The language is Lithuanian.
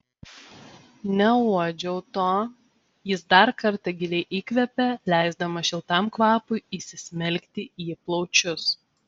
neuodžiau to jis dar kartą giliai įkvėpė leisdamas šiltam kvapui įsismelkti į plaučius